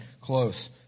close